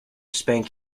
spank